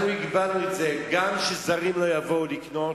אנחנו הגבלנו את זה גם כדי שזרים לא יבואו לקנות.